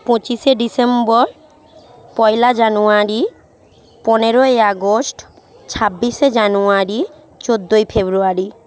পঁচিশে ডিসেম্বর পয়লা জানুয়ারি পনেরোই আগস্ট ছাব্বিশে জানুয়ারি চোদ্দই ফেব্রুয়ারি